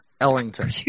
Ellington